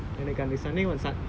any gone the pony ah lah